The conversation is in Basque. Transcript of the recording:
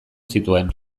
zituen